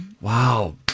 Wow